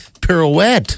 pirouette